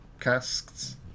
casks